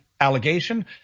allegation